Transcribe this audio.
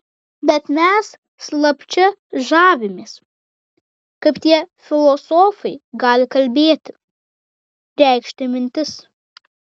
bet mes slapčia žavimės kaip tie filosofai gali kalbėti reikšti mintis